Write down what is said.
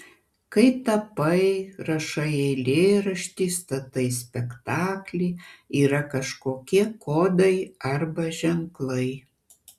kai tapai rašai eilėraštį statai spektaklį yra kažkokie kodai arba ženklai